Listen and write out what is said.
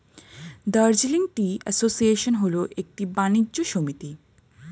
Darjeeling tea association হল একটি বাণিজ্য সমিতি